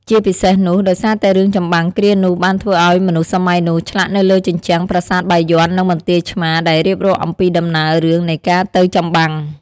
ជាពិសេសនោះ ដោយសារតែរឿងចម្បាំងគ្រានោះបានធ្វើឲ្យមនុស្សសម័យនោះ ឆ្លាក់នៅលើជញ្ជាំងប្រាសាទបាយ័ន និងបន្ទាយឆ្មារដែលរៀបរាប់អំពីដំណើររឿងនៃការទៅចម្បាំង ។